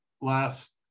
last